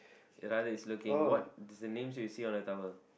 it's either it's looking what is the name say you see on the towel